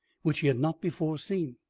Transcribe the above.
which he had not before seen,